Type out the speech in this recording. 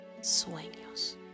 sueños